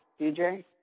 DJ